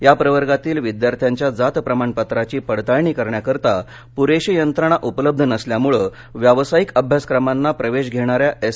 या प्रवर्गातील विद्यार्थ्यांच्या जात प्रमाणपत्राची पडताळणी करण्याकरिता पुरेशी यंत्रणा उपलब्ध नसल्यामुळे व्यावसायिक अभ्यासक्रमांना प्रवेश धेणाऱ्या एस